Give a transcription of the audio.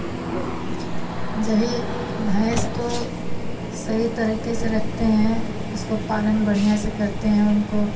जब भी भैंस को सही तरीके से रखते हैं उसको पालन बढ़िया से करते हैं उनको